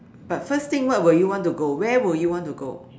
but first thing what will you want to go where will you want to go